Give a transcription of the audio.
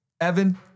Evan